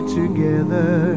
together